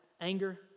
Anger